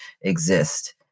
exist